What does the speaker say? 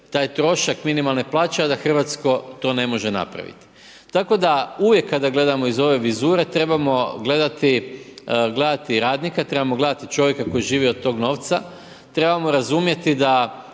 taj trošak minimalne plaće a da hrvatsko to ne može napraviti. Tako da uvijek kada gledamo s ove vizure trebamo gledati radnika, trebamo gledati čovjeka koji živi od tog novca, trebamo razumjeti da